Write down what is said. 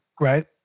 Right